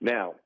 Now